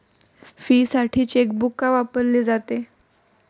फीसाठी चेकबुक का वापरले जाते?